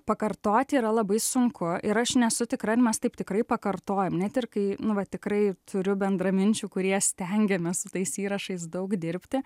pakartoti yra labai sunku ir aš nesu tikra ar mes taip tikrai pakartojam net ir kai nu va tikrai turiu bendraminčių kurie stengiamės su tais įrašais daug dirbti